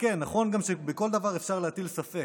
כן, נכון גם שבכל דבר אפשר להטיל ספק,